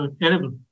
terrible